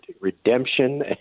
redemption